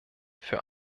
für